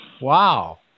Wow